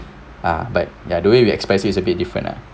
ah but ya the way we expect it's a bit different lah